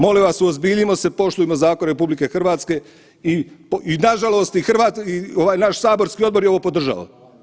Molim vas uozbiljimo se poštujmo zakon RH i nažalost i ovaj naš saborski odbor je ovo podržao.